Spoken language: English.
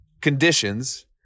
conditions